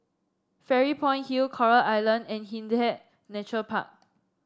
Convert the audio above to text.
Fairy Point Hill Coral Island and Hindhede Nature Park